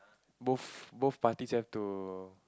both both parties have to